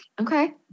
Okay